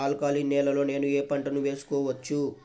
Alkaline నేలలో నేనూ ఏ పంటను వేసుకోవచ్చు?